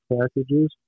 packages